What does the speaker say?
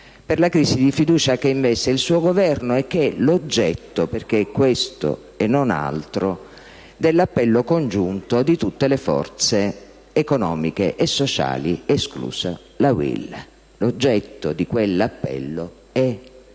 per la crisi di fiducia che investe il suo Governo e che è l'oggetto - perché è questo e non altro - dell'appello congiunto di tutte le forze economiche e sociali, esclusa la UIL. L'oggetto di quell'appello è